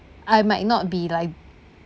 I might not be like